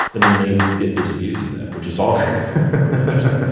and then they get disabused of that, which is also pretty interesting.